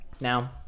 now